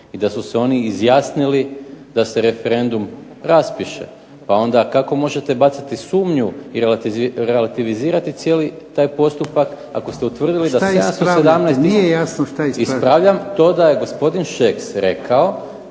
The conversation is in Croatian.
i da su se oni izjasnili da se referendum raspiše. Pa onda kako možete bacati sumnju i relavitizirati cijeli taj postupak ako ste utvrdili. **Jarnjak, Ivan (HDZ)** Što ispravljate, nije jasno što ispravljate. **Maras, Gordan (SDP)** Ispravljam to da je gospodin Šeks rekao